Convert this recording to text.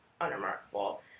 unremarkable